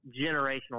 generational